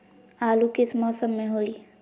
आलू किस मौसम में होई?